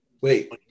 Wait